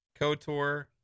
kotor